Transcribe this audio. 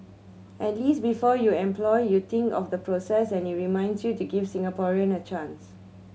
at least before you employ you think of the process and it reminds you to give Singaporean a chance